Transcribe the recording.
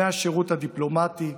מהשירות הדיפלומטי.